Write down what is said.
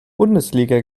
bundesliga